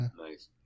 Nice